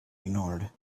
ignored